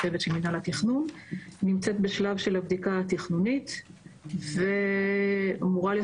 בשלב של הבדיקה התכנונית ואמורה להיות